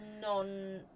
non